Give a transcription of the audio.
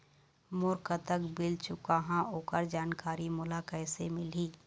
मोर कतक बिल चुकाहां ओकर जानकारी मोला कैसे मिलही?